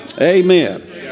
Amen